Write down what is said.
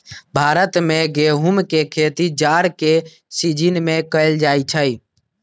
भारत में गेहूम के खेती जाड़ के सिजिन में कएल जाइ छइ